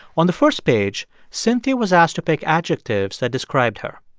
on the first page, cynthia was asked to pick adjectives that described her.